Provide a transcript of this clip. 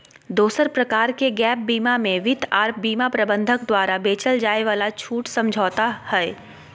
दोसर प्रकार के गैप बीमा मे वित्त आर बीमा प्रबंधक द्वारा बेचल जाय वाला छूट समझौता हय